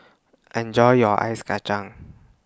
Enjoy your Ice Kachang